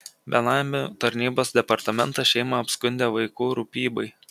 benamių tarnybos departamentas šeimą apskundė vaikų rūpybai